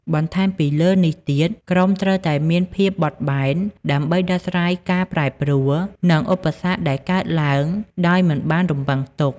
បន្ថែមពីលើនេះទៀត ក្រុមត្រូវតែមានភាពបត់បែន ដើម្បីដោះស្រាយការប្រែប្រួល និងឧបសគ្គដែលកើតឡើងដោយមិនបានរំពឹងទុក។